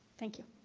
thank you.